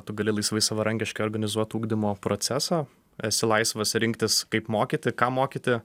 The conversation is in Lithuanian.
tu gali laisvai savarankiškai organizuot ugdymo procesą esi laisvas rinktis kaip mokyti ką mokyti